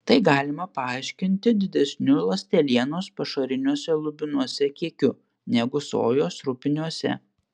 tai galima paaiškinti didesniu ląstelienos pašariniuose lubinuose kiekiu negu sojos rupiniuose